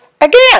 again